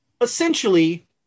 essentially